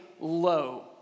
low